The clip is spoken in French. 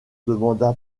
demanda